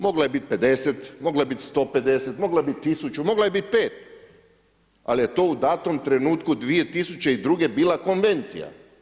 Mogla je biti 50, mogla je biti 150, mogla je biti 1000, mogla je biti 5, ali je to u dato trenutku 2002. bila konvencija.